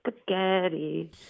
spaghetti